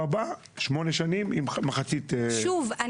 הבא שמונה שנים עם מחצית --- שוב,